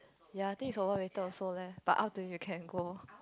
ya I think you saw her later also leh but up to you you can go